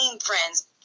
friends